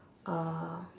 uh